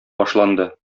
башланды